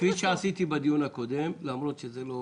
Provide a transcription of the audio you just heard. כפי שעשיתי בדיון הקודם, למרות שזו לא